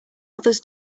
others